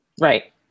Right